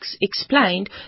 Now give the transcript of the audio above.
explained